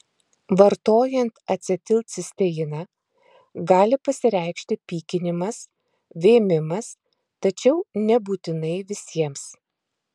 vartojant acetilcisteiną gali pasireikšti pykinimas vėmimas tačiau nebūtinai visiems